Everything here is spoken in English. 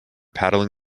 paddling